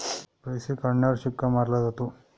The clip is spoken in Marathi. पैसे काढण्यावर शिक्का मारला जातो